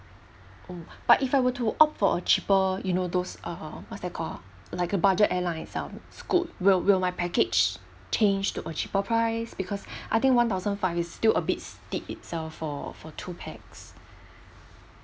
but if I were to opt for a cheaper you know those uh what's that called like a budget airlines some scoot will will my package change to a cheaper price because I think one thousand five is still a bit steep itself for for two pax